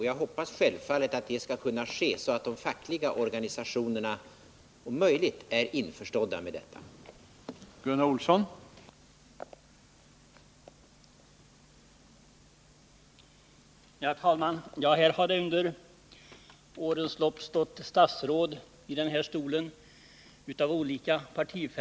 Jag hoppas självfallet att det skall kunna ske på ett sådant sätt att de fackliga organisationerna om möjligt är införstådda med lösningen.